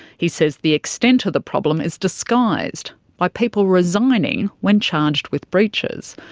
he says the extent of the problem is disguised by people resigning when charged with breaches.